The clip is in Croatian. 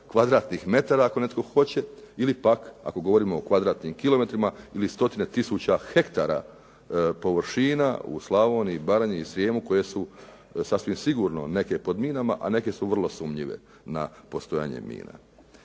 kvadratnih metara ako netko hoće, ili pak ako govorimo o kvadratnim kilometrima ili stotine tisuća hektara površina u Slavoniji, Baranji i Srijemu koje su sasvim sigurno neke pod minama a neke su vrlo sumnjive na postojanje mina.